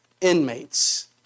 inmates